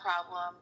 problem